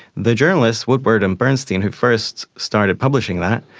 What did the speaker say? the journalists woodward and bernstein who first started publishing that,